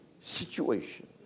situation